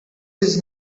his